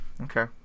Okay